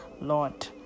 lord